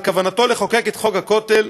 על כוונתו לחוקק את חוק הכותל,